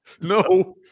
No